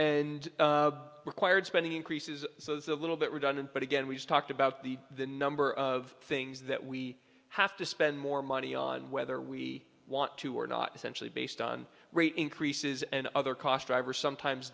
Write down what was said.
and required spending increases so there's a little bit redundant but again we've talked about the the number of things that we have to spend more money on whether we want to or not essentially based on rate increases and other cost driver sometimes